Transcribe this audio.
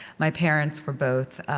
my parents were both